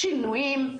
שינויים.